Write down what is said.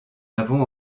avons